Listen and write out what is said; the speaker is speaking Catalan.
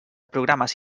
programes